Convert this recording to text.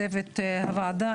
צוות הוועדה.